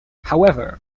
however